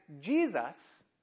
Jesus